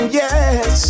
yes